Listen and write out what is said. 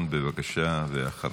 שלי טל מירון, בבקשה, ואחריה,